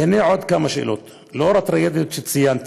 והנה עוד כמה שאלות: לנוכח הטרגדיות שציינתי,